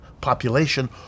population